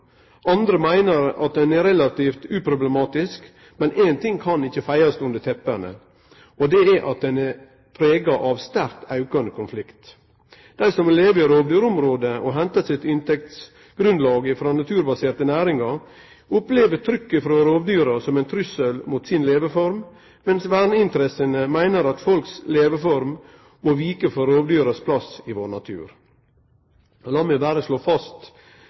relativt uproblematisk. Men éin ting kan ikkje feiast under teppet, og det er at han er prega av ein sterkt aukande konflikt. Dei som lever i rovdyrområde og hentar sitt inntektsgrunnlag frå naturbaserte næringar, opplever trykket frå rovdyra som ein trussel mot si leveform, mens verneinteressene meiner at folks leveform må vike for rovdyras plass i vår natur. Lat meg berre slå fast